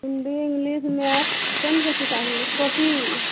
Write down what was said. Hindi English math कोन सब किताब लेबय कॉपी